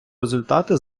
результати